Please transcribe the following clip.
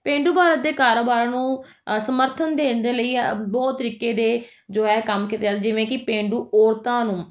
ਪੇਂਡੂ ਭਾਰਤ ਦੇ ਕਾਰੋਬਾਰਾਂ ਨੂੰ ਸਮਰਥਨ ਦੇਣ ਲਈ ਅ ਬਹੁਤ ਤਰੀਕੇ ਦੇ ਜੋ ਹੈ ਕੰਮ ਕੀਤੇ ਜਾਂਦੇ ਜਿਵੇਂ ਕਿ ਪੇਂਡੂ ਔਰਤਾਂ ਨੂੰ